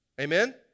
Amen